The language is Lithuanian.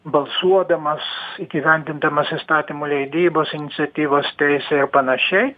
balsuodamas įgyvendindamas įstatymų leidybos iniciatyvos teisę ir panašiai